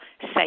say